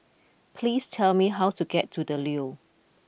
please tell me how to get to The Leo